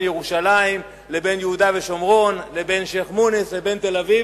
ירושלים לבין יהודה ושומרון לבין שיח'-מוניס לבין תל-אביב.